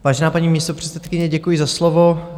Vážená paní místopředsedkyně, děkuji za slovo.